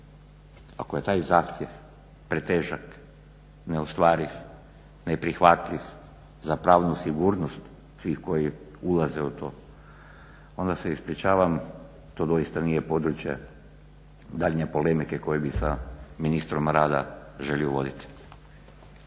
Ako je taj zahtjev pretežak, neostvariv, ne prihvatljiv za pravnu sigurnost svih koji ulaze u to. onda se ispričavam to doista nije područje dalje polemike koje bi sa ministrom rada želio voditi.